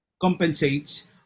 compensates